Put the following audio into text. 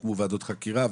הוקמו ועדות חקירה,